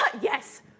Yes